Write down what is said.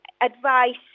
advice